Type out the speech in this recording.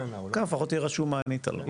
כאן לפחות יהיה רשום מה ענית לו.